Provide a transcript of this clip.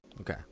Okay